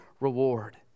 reward